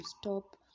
stop